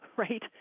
right